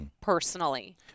personally